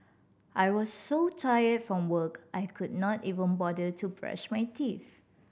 I was so tired from work I could not even bother to brush my teeth